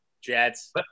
jets